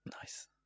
Nice